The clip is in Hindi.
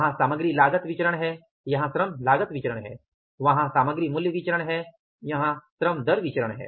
वहां सामग्री लागत विचरण है यहाँ श्रम लागत विचरण है वहां सामग्री मूल्य विचरण है यहां श्रम दर विचरण है